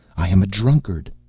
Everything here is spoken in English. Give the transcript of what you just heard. i am a drunkard.